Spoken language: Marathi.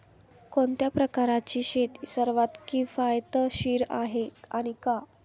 कोणत्या प्रकारची शेती सर्वात किफायतशीर आहे आणि का?